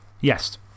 Yes